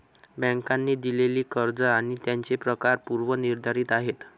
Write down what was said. बँकांनी दिलेली कर्ज आणि त्यांचे प्रकार पूर्व निर्धारित आहेत